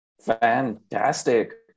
Fantastic